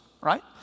right